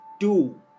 two